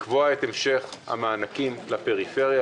לקבוע את המשך המענקים לפריפריה.